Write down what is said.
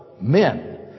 men